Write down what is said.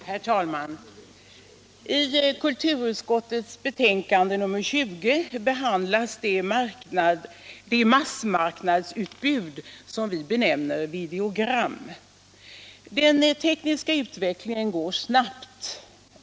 Herr talman! I kulturutskottets betänkande nr 20 behandlas det massmarknadsutbud som vi benämner videogram. Den tekniska utvecklingen går snabbt.